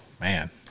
Man